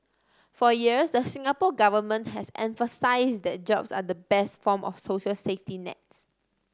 for years the Singapore Government has emphasised that jobs are the best form of social safety nets